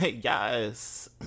Yes